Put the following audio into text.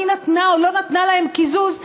מי נתנה או לא נתנה להם קיזוז,